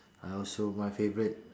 I also my favourite